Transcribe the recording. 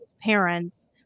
parents